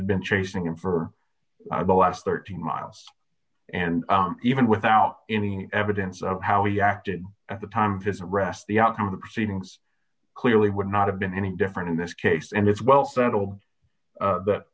had been chasing him for the last thirty miles and even without any evidence of how he acted at the time his arrest the outcome of the proceedings clearly would not have been any different in this case and it's well settled